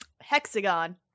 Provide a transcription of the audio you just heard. hexagon